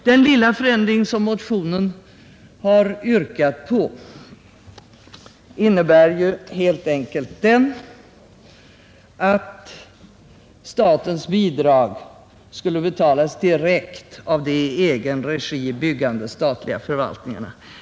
Den lilla förändring som motionärerna har föreslagit innebär helt enkelt att statens bidrag skulle betalas direkt av de i egen regi byggande statliga förvaltningarna.